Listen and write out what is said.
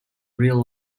real